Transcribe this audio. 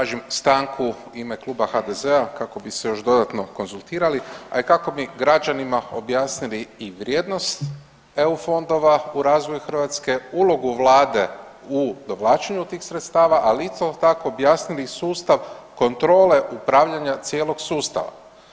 Tražim stanku u ime Kluba HDZ-a kako bi se još dodatno konzultirali, a i kako bi građanima objasnili i vrijednost EU fondova u razvoju Hrvatske, ulogu vlade u dovlačenju tih sredstava, ali isto tako objasnili sustav kontrole upravljanja cijelog sustava.